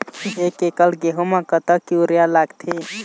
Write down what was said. एक एकड़ गेहूं म कतक यूरिया लागथे?